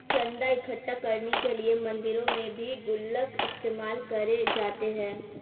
चन्दा इकट्ठा करने के लिए मंदिरों में भी गुल्लक इस्तेमाल करे जाते हैं